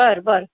बरं बरं